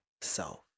self